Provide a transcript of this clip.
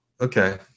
Okay